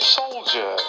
soldier